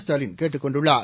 ஸ்டாலின் கேட்டுக் கொண்டுள்ளார்